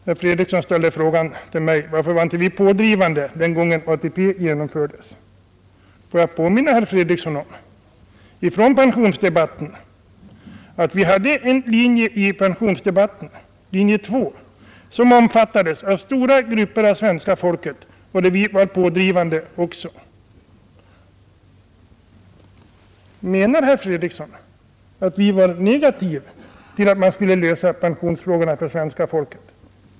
Herr Fredriksson ställde frågan till mig: ”Varför var inte ni pådrivande den gången ATP genomfördes?” Får jag påminna herr Fredriksson om att vi hade en linje i pensionsdebatten, linje 2, som omfattades av stora grupper av svenska folket. Så vi var också pådrivande. Menar herr Fredriksson att vi är negativa till en lösning av pensionsfrägorna för svenska folket?